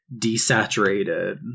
desaturated